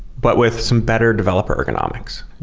but with some better developer ergonomics.